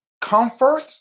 comfort